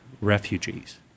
refugees